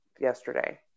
yesterday